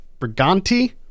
Briganti